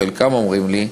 חלקם אומרים לי: